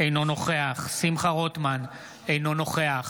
אינו נוכח שמחה רוטמן, אינו נוכח